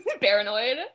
paranoid